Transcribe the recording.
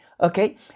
okay